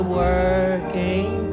working